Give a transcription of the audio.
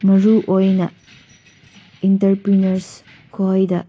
ꯃꯔꯨ ꯑꯣꯏꯅ ꯏꯟꯇꯔꯄ꯭ꯔꯦꯅꯔꯁ ꯈꯣꯏꯗ